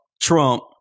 Trump